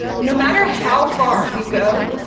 no matter how far you go,